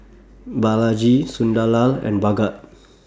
Balaji Sunderlal and Bhagat